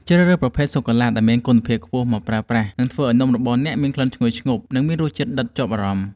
ជ្រើសរើសប្រភេទសូកូឡាដែលមានគុណភាពខ្ពស់មកប្រើប្រាស់នឹងធ្វើឱ្យនំរបស់អ្នកមានក្លិនឈ្ងុយឈ្ងប់ និងមានរសជាតិដិតជាប់ចិត្ត។